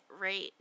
right